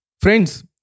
Friends